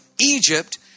Egypt